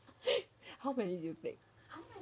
how many did you take